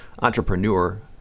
entrepreneur